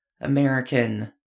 American